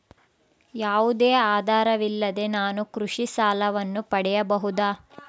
ಯಾವುದೇ ಆಧಾರವಿಲ್ಲದೆ ನಾನು ಕೃಷಿ ಸಾಲವನ್ನು ಪಡೆಯಬಹುದಾ?